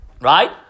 Right